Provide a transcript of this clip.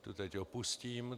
Tu teď opustím.